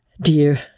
dear